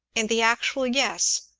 in the actual yes,